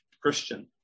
Christian